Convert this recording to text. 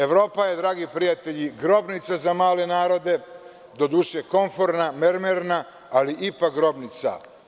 Evropa je, dragi prijatelji grobnica za male narode, komforna, mermerna, ali ipak grobnica.